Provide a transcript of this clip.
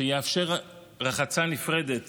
שיאפשר רחצה נפרדת